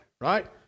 right